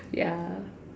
ya